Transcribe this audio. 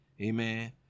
Amen